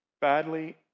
badly